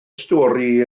stori